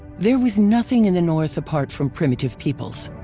there was nothing in the north apart from primitive peoples.